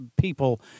people